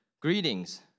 Greetings